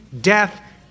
death